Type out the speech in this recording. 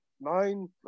nine